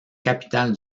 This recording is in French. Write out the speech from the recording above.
capitale